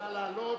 נא לעלות,